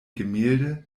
gemälde